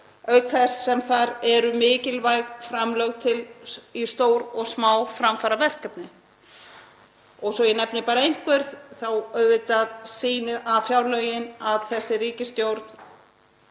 auk þess sem þar eru mikilvæg framlög í stór og smá framfaraverkefni. Svo ég nefni bara einhver þá sýna auðvitað fjárlögin að þessi ríkisstjórn